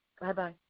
Bye-bye